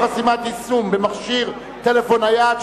איסור חסימת יישומים במכשיר טלפון נייד),